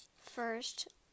First